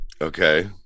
Okay